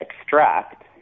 extract